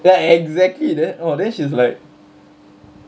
ya exactly then oh then she's like